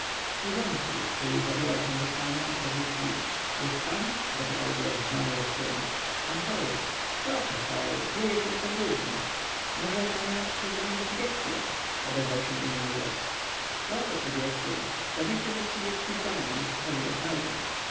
służący który już zabierał się do spania otworzył drzwi jest pan zapytał głos znany rzeckiemu pan chory coto chory kryje się przed ludźmi może panie radco zrobimy subjekcyą odezwał się inny głos coto subjekcyą kto nie chce mieć subjekcyi w domu niech przychodzi do